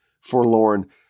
forlorn